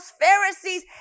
Pharisees